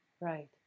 Right